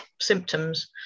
symptoms